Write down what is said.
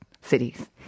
cities